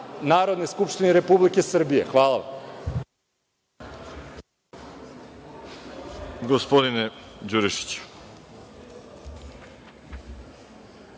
Narodne skupštine Republike Srbije. Hvala vam.